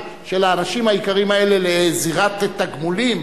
של האנשים היקרים האלה לזירת תגמולים?